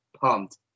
pumped